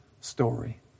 story